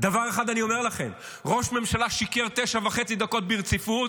דבר אחד אני אומר לכם: ראש הממשלה שיקר תשע וחצי דקות ברציפות.